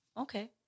okay